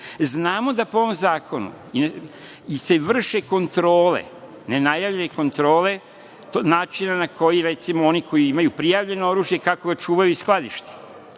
Znamo da po ovom zakonu se vrše kontrole, ne najavljene kontrole načina na koji, recimo, oni koji imaju prijavljeno oružje, kako ga čuvaju i skladište,